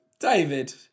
David